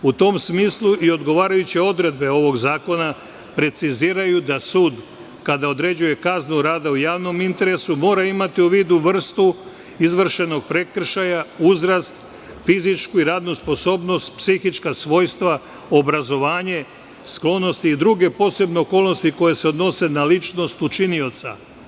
U tom smislu, i odgovarajuće odredbe ovog zakona preciziraju da sud kada određuje kaznu rada u javnom interesu, mora imati u vidu vrstu izvršenog prekršaja, uzrast, fizičku i radnu sposobnost, psihička svojstva, obrazovanje, sklonosti i druge posebne okolnosti koje se odnose na ličnost učinioca.